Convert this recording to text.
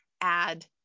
add